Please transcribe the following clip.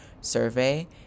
survey